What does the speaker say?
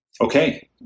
Okay